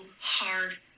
hard